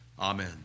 Amen